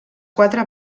quatre